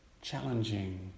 challenging